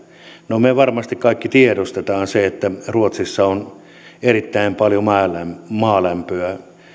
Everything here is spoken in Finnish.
no me varmasti kaikki tiedostamme sen että ruotsissa on erittäin paljon maalämpöä